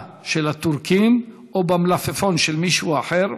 של הטורקים או במלפפון של מישהו אחר,